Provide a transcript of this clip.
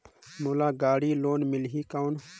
मोला गाड़ी लोन मिलही कौन?